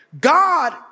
God